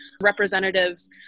representatives